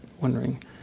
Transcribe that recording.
wondering